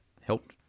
helped